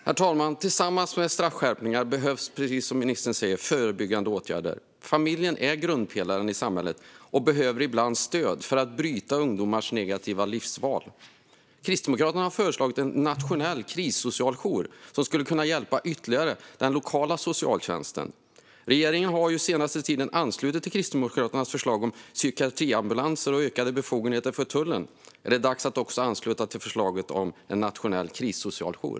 Herr talman! Tillsammans med straffskärpningar behövs, precis som ministern säger, förebyggande åtgärder. Familjen är grundpelaren i samhället och behöver ibland stöd för att bryta ungdomars negativa livsval. Kristdemokraterna har föreslagit en nationell krissocialjour som skulle kunna hjälpa den lokala socialtjänsten ytterligare. Regeringen har den senaste tiden anslutit till Kristdemokraternas förslag om psykiatriambulanser och ökade befogenheter för tullen. Är det dags att också ansluta till förslaget om en nationell krissocialjour?